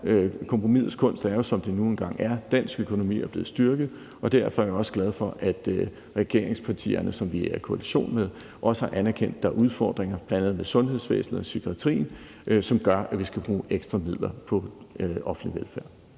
kompromisets kunst nu engang er, som den er. Dansk økonomi er blevet styrket, og derfor er jeg også glad for, at regeringspartierne, som vi er i koalition med, har anerkendt, at der er udfordringer, bl.a. ved sundhedsvæsenet og i psykiatrien, hvilket gør, at vi skal bruge ekstra midler på offentlig velfærd.